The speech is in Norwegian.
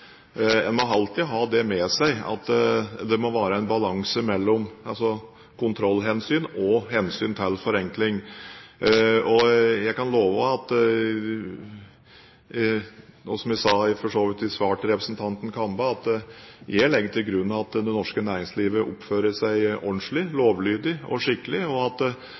en alltid må ha med seg at det må være en balanse mellom kontrollhensyn og hensynet til forenkling. Som jeg for så vidt sa i svaret til representanten Kambe, legger jeg til grunn at det norske næringslivet oppfører seg ordentlig, lovlydig og skikkelig.